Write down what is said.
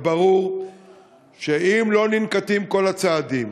אבל ברור שאם לא ננקטים כל הצעדים,